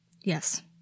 Yes